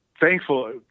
Thankful